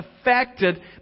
affected